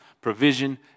provision